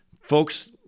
Folks